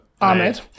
Ahmed